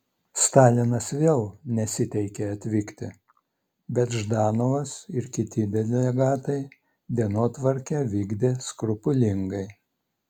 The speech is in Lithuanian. stalinas vėl nesiteikė atvykti bet ždanovas ir kiti delegatai dienotvarkę vykdė skrupulingai